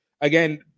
again